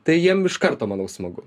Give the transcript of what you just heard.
tai jiem iš karto manau smagu